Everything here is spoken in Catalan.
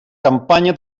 campanya